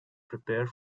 prepare